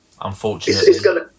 unfortunately